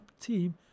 team